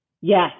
Yes